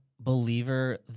believer